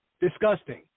disgusting